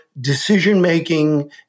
decision-making